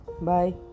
Bye